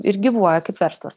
ir gyvuoja kaip verslas